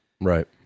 right